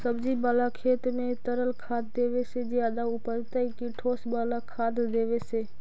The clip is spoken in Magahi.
सब्जी बाला खेत में तरल खाद देवे से ज्यादा उपजतै कि ठोस वाला खाद देवे से?